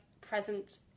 present